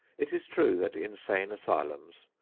it is true that insane asylums,